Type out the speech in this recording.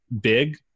big